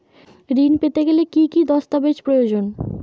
ঋণ পেতে গেলে কি কি দস্তাবেজ প্রয়োজন?